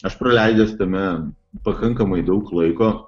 aš praleidęs tame pakankamai daug laiko